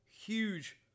huge